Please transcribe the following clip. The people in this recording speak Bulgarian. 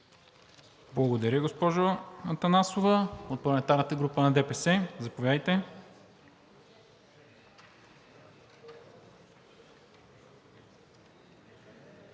Благодаря, госпожо Атанасова. От парламентарната група на ДПС? Заповядайте,